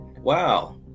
Wow